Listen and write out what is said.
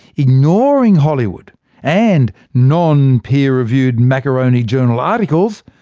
ignoring hollywood and non-peer-reviewed macaroni journal articles,